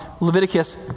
Leviticus